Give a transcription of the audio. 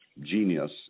genius